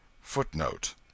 Footnote